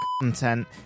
content